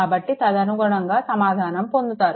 కాబట్టి తదననుగుణంగా సమాధానం పొందుతారు